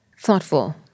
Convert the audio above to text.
thoughtful